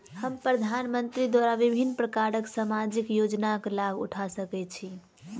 हम प्रधानमंत्री द्वारा विभिन्न प्रकारक सामाजिक योजनाक लाभ उठा सकै छी?